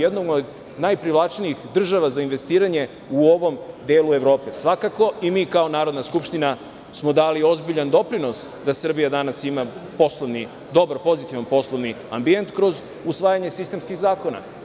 Jednom od najprivlačnijih država za investiranje u ovom delu Evrope i mi kao Narodna skupština smo dali ozbiljan doprinos da Srbija danas ima dobar, pozitivni poslovni ambijent kroz usvajanje sistemskih zakona.